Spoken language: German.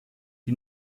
die